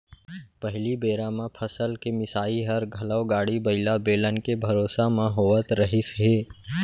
पहिली बेरा म फसल के मिंसाई हर घलौ गाड़ी बइला, बेलन के भरोसा म होवत रहिस हे